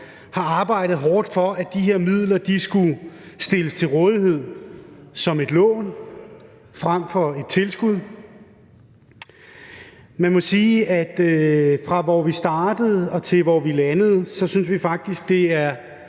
har arbejdet hårdt for, at de her midler skulle stilles til rådighed som et lån frem for et tilskud. Man må sige, at fra hvor vi startede, og til hvor vi landede, synes vi faktisk, det er